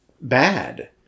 bad